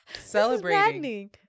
Celebrating